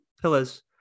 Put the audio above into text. pillars